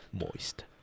moist